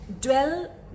dwell